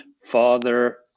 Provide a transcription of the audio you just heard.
father